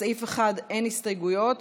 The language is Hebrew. לסעיף 1 אין הסתייגויות,